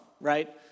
Right